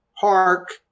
Park